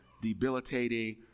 debilitating